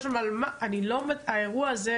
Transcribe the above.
האירוע הזה,